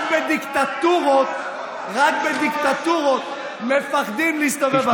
רק בדיקטטורות מפחדים להסתובב ברחובות.